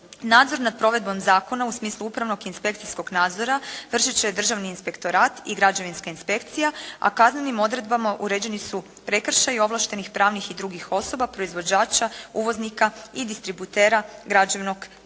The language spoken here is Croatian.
Nadzor nad provedbom zakona u smislu upravnog i inspekcijskog nadzora vršiti će Državni inspektorat i građevinska inspekcija, a kaznenim odredbama uređeni su prekršaji ovlaštenih pravnih i drugih osoba, proizvođača, uvoznika i distributera građevnog proizvoda.